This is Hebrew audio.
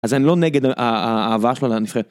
אז אני לא נגד האהבה שלנו,